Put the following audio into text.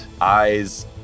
eyes